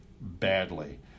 badly